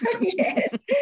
yes